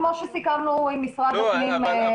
כמו שסיכמנו עם משרד הפנים.